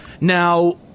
Now